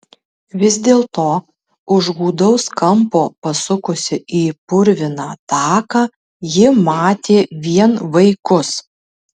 vis dėlto už gūdaus kampo pasukusi į purviną taką ji matė vien vaikus